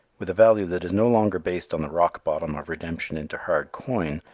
with a value that is no longer based on the rock-bottom of redemption into hard coin,